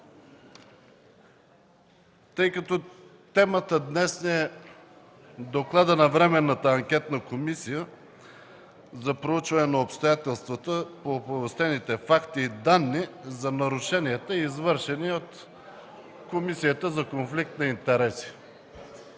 темата днес е „Докладът на Временната анкетна комисия за проучване на обстоятелствата по оповестените факти и данни за нарушенията, извършени в Комисията за предотвратяване и